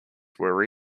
were